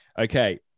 Okay